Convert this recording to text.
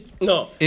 No